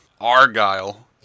Argyle